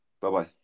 Bye-bye